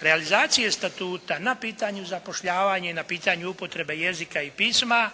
realizacije Statuta na pitanju zapošljavanje i upotrebe jezika i pisma